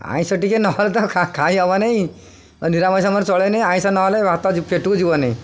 ଆମିଷ ଟିକେ ନହେଲେ ତ ଖାଇ ହବନି ନିରାମିଷ ମୋର ଚଳେନି ଆମିଷ ନହେଲେ ଭାତ ପେଟୁକୁ ଯିବନି